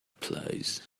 place